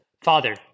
father